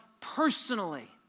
personally